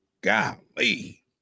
golly